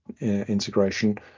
integration